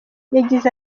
yagize